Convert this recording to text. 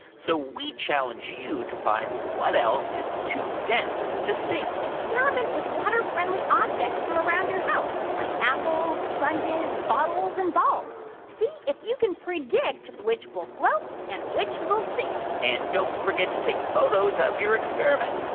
so we challenge you to find what else is too dense to sink experiment with water-friendly objects from around your house, like apples, sponges, bottles and bottles. see if you can predict which will float and which will sink and don't forget to take photos of your experiment.